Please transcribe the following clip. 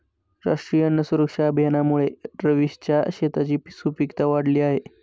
राष्ट्रीय अन्न सुरक्षा अभियानामुळे रवीशच्या शेताची सुपीकता वाढली आहे